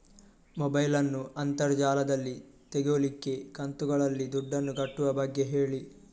mobile ನ್ನು ಅಂತರ್ ಜಾಲದಲ್ಲಿ ತೆಗೋಲಿಕ್ಕೆ ಕಂತುಗಳಲ್ಲಿ ದುಡ್ಡನ್ನು ಕಟ್ಟುವ ಬಗ್ಗೆ ಹೇಳಿ